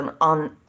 on